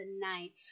tonight